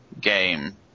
game